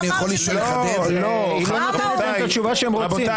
--- היא לא נותנת להם את התשובה שהם רוצים.